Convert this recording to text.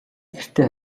гэртээ